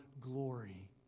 glory